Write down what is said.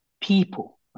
people